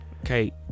Okay